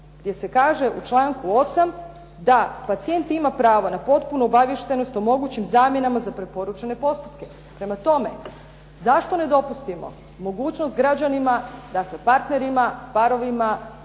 gdje se kaže u članku 8. da pacijent ima pravo na potpunu obaviještenost o mogućim zamjenama za preporučene postupke. Prema tome, zašto ne dopustimo mogućnost građanima, dakle partnerima, parovima,